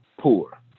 Poor